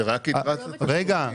זה רק --- את התשלומים.